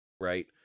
right